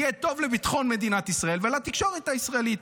יהיה טוב לביטחון מדינה ולתקשורת הישראלית.